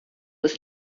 ist